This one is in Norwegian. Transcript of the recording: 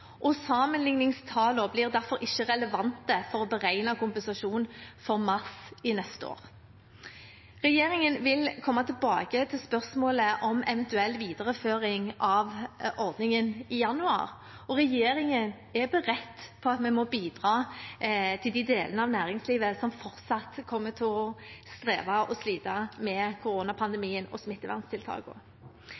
og sammenligningstallene blir derfor ikke relevante for å beregne kompensasjonen for mars neste år. Regjeringen vil komme tilbake til spørsmålet om en eventuell videreføring av ordningen i januar, og regjeringen er beredt til å bidra til de delene av næringslivet som fortsatt kommer til å streve og slite med